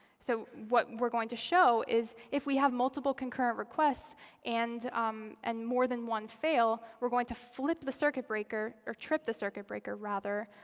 so what we're going to show is if we have multiple concurrent requests and um and more than one fail, we're going to flip the circuit breaker, or trip the circuit breaker rather,